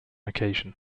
occasion